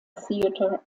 theatre